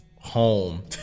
home